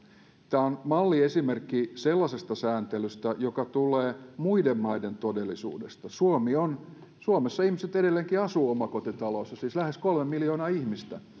tämä on malliesimerkki sellaisesta sääntelystä joka tulee muiden maiden todellisuudesta suomessa ihmiset edelleenkin asuvat omakotitaloissa siis lähes kolme miljoonaa ihmistä